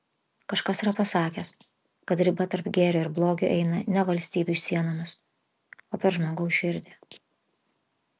kažkas yra pasakęs kad riba tarp gėrio ir blogio eina ne valstybių sienomis o per žmogaus širdį